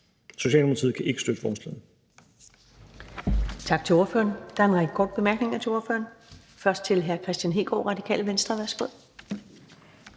Socialdemokratiet kan ikke støtte forslaget.